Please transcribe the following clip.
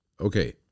Okay